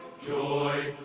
joy.